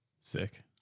Sick